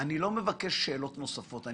אני לא מבקש שאלות נוספות.